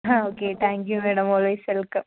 uh okay thank you madam always welcome